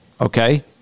Okay